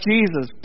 Jesus